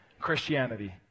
Christianity